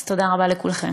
אז תודה רבה לכולכם.